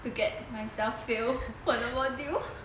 to get myself fail 我的 module